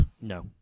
No